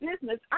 business